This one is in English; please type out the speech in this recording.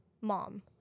mom